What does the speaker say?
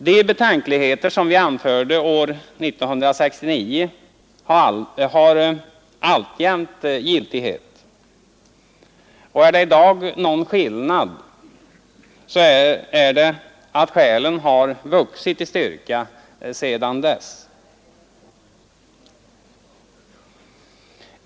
De betänkligheter som vi anförde år 1969 har alltjämt giltighet, och är det i dag någon skillnad så är det att skälen har vuxit i styrka sedan dess.